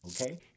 okay